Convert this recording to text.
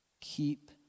Keep